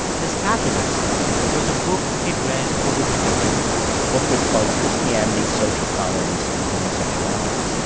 his catalyst was a book he'd read over winter break the book was called, christianity, social tolerance and homosexuality,